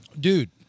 Dude